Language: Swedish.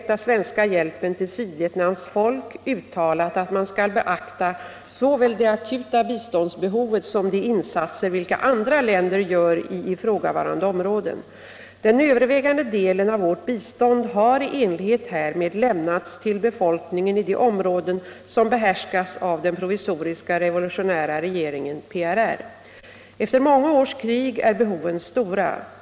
till Sydvietnams folk uttalat att man skall beakta ”såväl det akuta biståndsbehovet som de insatser vilka andra länder gör i ifrågavarande områden”. Den övervägande delen av vårt bistånd har i enlighet härmed lämnats till befolkningen i de områden som behärskas av den provisoriska revolutionära regeringen . Efter många års krig är behoven stora.